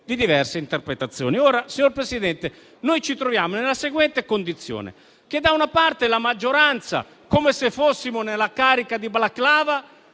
di diverse interpretazioni. Ora, signor Presidente, noi ci troviamo nella seguente condizione: da una parte la maggioranza, come se fossimo nella carica di Balaklava,